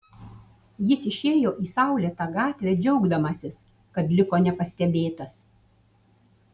jis išėjo į saulėtą gatvę džiaugdamasis kad liko nepastebėtas